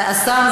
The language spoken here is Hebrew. השר,